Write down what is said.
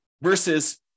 versus